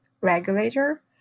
regulator